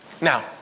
Now